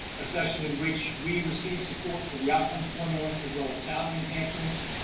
a session in which we received support for the outcomes formula as well as salary enhancements.